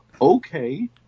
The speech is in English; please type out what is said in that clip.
Okay